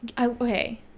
Okay